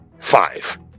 five